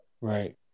Right